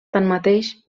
tanmateix